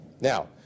Now